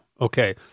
Okay